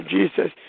Jesus